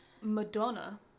Madonna